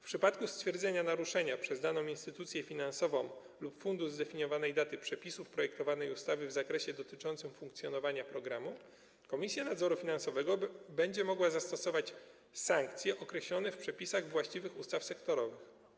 W przypadku stwierdzenia naruszenia przez daną instytucję finansową lub przez fundusz zdefiniowanej daty przepisów projektowanej ustawy w zakresie dotyczącym funkcjonowania programu Komisja Nadzoru Finansowego będzie mogła zastosować sankcje określone w przepisach właściwych ustaw sektorowych.